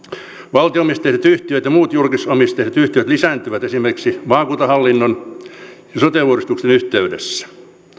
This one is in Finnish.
valtio omisteiset yhtiöt ja muut julkisomisteiset yhtiöt lisääntyvät esimerkiksi maakuntahallinnon ja sote uudistuksen yhteydessä